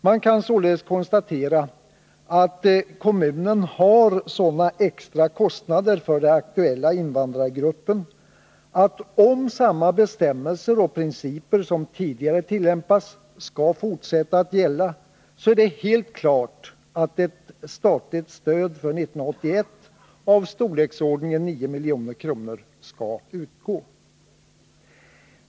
Man kan således konstatera att kommunen har sådana extra kostnader för den aktuella invandrargruppen, att om samma bestämmelser och principer som tidigare tillämpats skall fortsätta att gälla, är det helt klart att ett statligt stöd för 1981 i storleksordningen 9 reilj. kr. skall utgå.